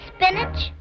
spinach